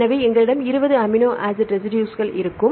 எனவே எங்களிடம் 20 வெவ்வேறு அமினோ ஆசிட் ரெசிடுஸ்கள் இருக்கும்